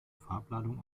farbladung